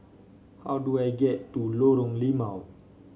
how do I get to Lorong Limau